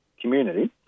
community